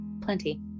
plenty